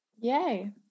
Yay